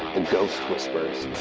and ghost whisperers,